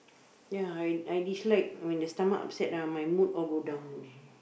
ya I I dislike when the stomach upset ah my mood all go down already